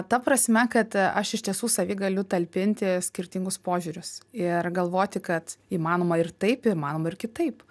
ta prasme kad aš iš tiesų savy galiu talpinti skirtingus požiūrius ir galvoti kad įmanoma ir taip įmanoma ir kitaip